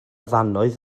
ddannoedd